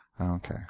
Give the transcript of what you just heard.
Okay